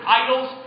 idols